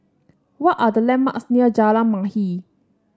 what are the landmarks near Jalan Mahir